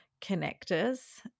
connectors